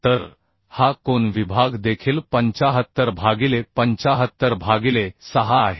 तर हा कोन विभाग देखील 75 भागिले 75 भागिले 6 आहे